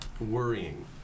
worrying